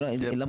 לא, לא, למכון.